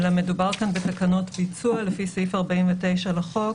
אלא מדובר כאן בתקנות ביצוע לפי סעיף 49 לחוק,